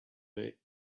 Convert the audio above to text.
that